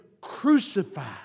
crucified